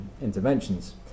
interventions